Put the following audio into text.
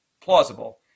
plausible